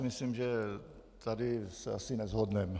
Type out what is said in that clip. Myslím si, že tady se asi neshodneme.